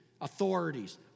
authorities